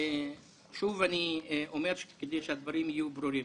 שוב אני אומר כדי שהדברים יהיו ברורים.